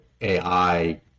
AI